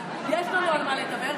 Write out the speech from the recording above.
אז יש לנו על מה לדבר,